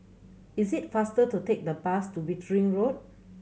is it faster to take the bus to Wittering Road